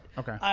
okay.